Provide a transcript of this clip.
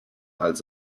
als